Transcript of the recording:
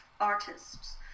artists